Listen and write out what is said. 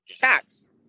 Facts